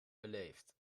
beleefd